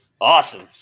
Awesome